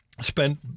spent